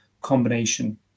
combination